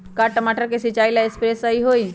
का टमाटर के सिचाई ला सप्रे सही होई?